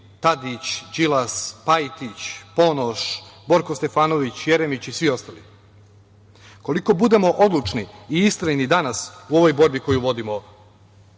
Tadić, Đilas, Pajtić, Ponoš, Borko Stefanović, Jeremić i svi ostali. Koliko budemo odlučni i istrajni danas u ovoj borbi koju vodimo